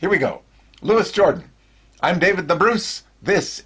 here we go louis jordan i'm david the bruce this